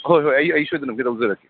ꯍꯣꯏ ꯍꯣꯏ ꯑꯩ ꯑꯩ ꯁꯣꯏꯗꯅꯃꯛꯀꯤ ꯇꯧꯖꯔꯛꯀꯦ